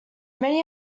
many